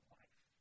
life